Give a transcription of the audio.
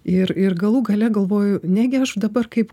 ir ir galų gale galvoju negi aš dabar kaip